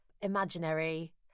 imaginary